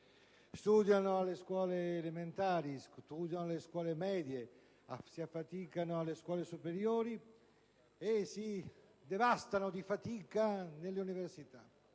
studiano alle scuole elementari, studiano alle scuole medie, si affaticano alle scuole superiori e si devastano di fatica nelle università;